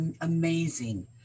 amazing